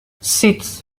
six